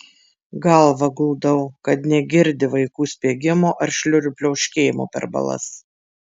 galvą guldau kad negirdi vaikų spiegimo ar šliurių pliaukšėjimo per balas